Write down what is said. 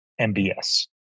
MBS